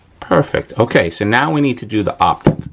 perfect, okay. so, now we need to do the optic.